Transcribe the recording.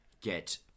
get